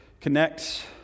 connect